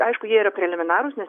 aišku jie yra preliminarūs nes